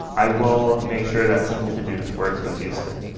i will make sure that simple-todos works with houston.